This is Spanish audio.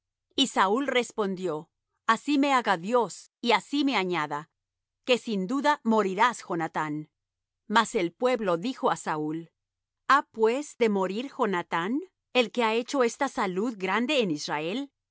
y saúl respondió así me haga dios y así me añada que sin duda morirás jonathán mas el pueblo dijo á saúl ha pues de morir jonathán el que ha hecho esta salud grande en israel